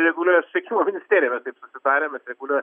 reguliuoja susiekimo ministerija yra taip susitarę mes reguliuoja